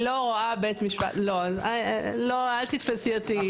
אני לא רואה בית משפט, לא, אל תתפסי אותי.